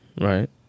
right